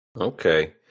Okay